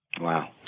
Wow